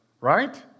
right